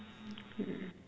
hmm